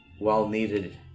well-needed